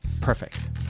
Perfect